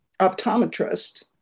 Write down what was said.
optometrist